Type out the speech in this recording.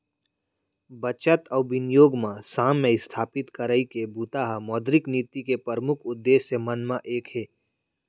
बचत अउ बिनियोग म साम्य इस्थापित करई के बूता ह मौद्रिक नीति के परमुख उद्देश्य मन म एक हे